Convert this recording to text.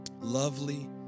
lovely